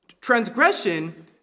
transgression